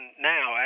now